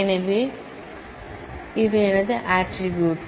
எனவே இவை எனது ஆட்ரிபூட்ஸ்